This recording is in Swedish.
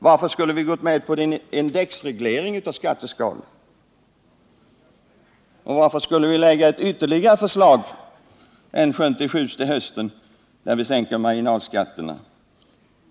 Varför skulle vi ha gått med på indexreglering av skatteskalorna? Varför skulle vi lägga fram ytterligare förslag om marginalskattesänkning, änskönt ärendet skjuts till hösten.